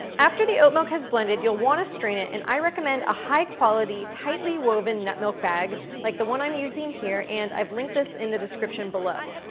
after the oat milk has blended, you'll wanna strain it, and i recommend a high quality, tightly woven nut milk bag like the one i'm using here, and i've linked this in the description below.